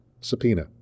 subpoena